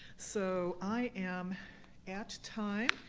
so i am at time.